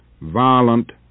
Violent